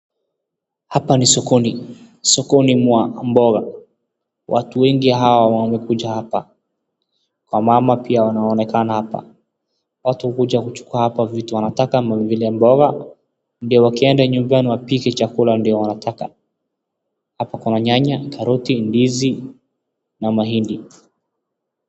Hapa ni sokoni. Sokoni mwa mboga. Watu wengi hawa wamekuja hapa. Wamama pia wanaonekana hapa. Watu hukuja kuchukua hapa vitu wanataka kama vile mboga ndio wakienda nyumbani wapike mboga ndio wanataka. Hapo kwa manyanya, karoti, ndizi na mahindi.